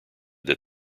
that